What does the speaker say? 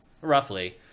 roughly